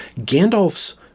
Gandalf's